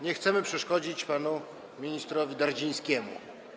Nie chcemy przeszkodzić panu ministrowi Dardzińskiemu.